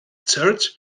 church